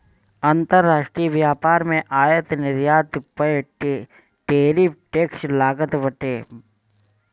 अंतरराष्ट्रीय व्यापार में आयात निर्यात पअ टैरिफ टैक्स लागत बाटे